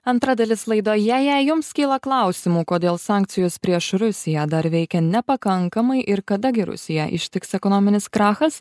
antra dalis laida jei jums kyla klausimų kodėl sankcijos prieš rusiją dar veikia nepakankamai ir kada gi rusiją ištiks ekonominis krachas